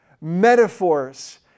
metaphors